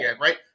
right